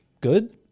good